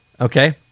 okay